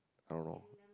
I don't know